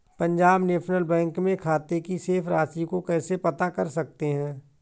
Punjab national bank में खाते की शेष राशि को कैसे पता कर सकते हैं?